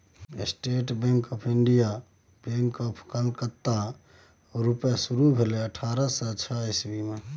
state bank of India, bank of Calcutta रुपे शुरु भेलै अठारह सय छअ इस्बी मे